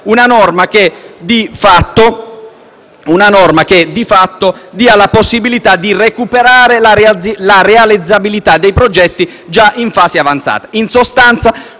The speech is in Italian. una norma che di fatto dia la possibilità di recuperare la realizzabilità dei progetti già in fase avanzata.